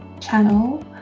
channel